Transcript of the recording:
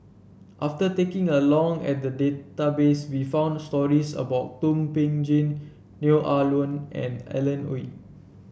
after taking a long at the database we found stories about Thum Ping Tjin Neo Ah Luan and Alan Oei